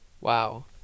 Wow